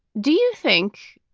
do you think,